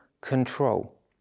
control